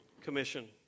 Commission